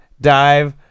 dive